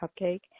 cupcake